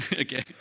Okay